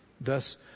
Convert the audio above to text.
Thus